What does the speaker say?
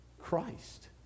Christ